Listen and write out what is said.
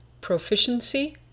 proficiency